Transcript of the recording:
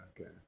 Okay